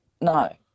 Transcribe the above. No